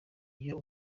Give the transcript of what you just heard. iyo